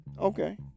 Okay